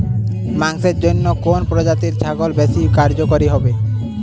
মাংসের জন্য কোন প্রজাতির ছাগল বেশি কার্যকরী হবে?